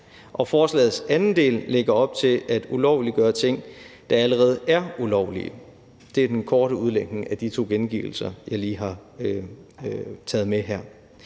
forslagets anden del lægger op til at ulovliggøre ting, der allerede er ulovlige. Det er den korte udlægning af de to gengivelser, jeg lige har taget med her.